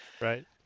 Right